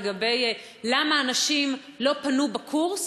לגבי למה אנשים לא פנו בקורס,